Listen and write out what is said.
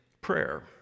prayer